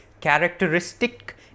characteristic